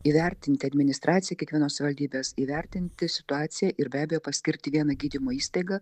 įvertinti administracija kiekvienos savivaldybės įvertinti situaciją ir be abejo paskirti vieną gydymo įstaigą